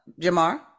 Jamar